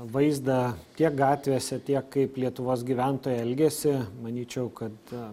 vaizdą tiek gatvėse tiek kaip lietuvos gyventojai elgiasi manyčiau kad